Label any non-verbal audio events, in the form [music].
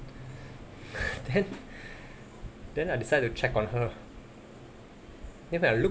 [breath] then I decided to check on her then I looked